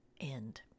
end